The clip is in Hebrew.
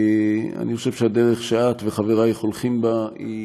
אני חושב שהדרך שאת וחברייך הולכים בה היא